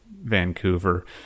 Vancouver